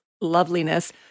loveliness